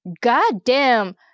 goddamn